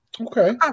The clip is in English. Okay